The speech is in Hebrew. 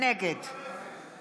נגד